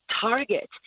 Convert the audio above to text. target